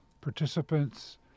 participants